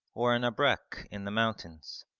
or an abrek in the mountains,